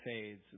fades